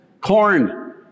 Corn